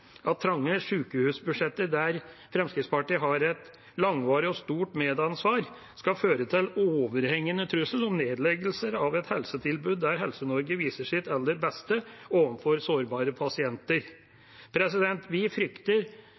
der Fremskrittspartiet har et langvarig og stort medansvar, skal føre til overhengende trussel om nedleggelser av et helsetilbud der Helse-Norge viser sitt aller beste overfor sårbare pasienter. Vi frykter